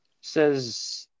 Says